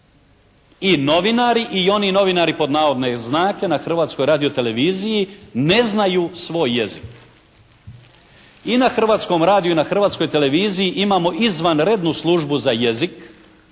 i novinari i oni novinari pod navodne znake, na Hrvatskoj radioteleviziji ne znaju svoj jezik. I na Hrvatskom radiju i na Hrvatskoj televiziji imamo izvanrednu službu za jezik,